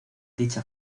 dicha